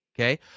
Okay